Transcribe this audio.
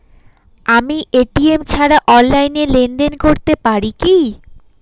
আমি এ.টি.এম ছাড়া অনলাইনে লেনদেন করতে পারি কি?